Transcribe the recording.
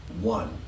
one